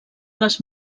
les